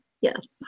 yes